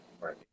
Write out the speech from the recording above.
Right